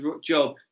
job